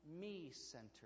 me-centered